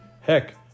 Heck